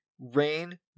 Rain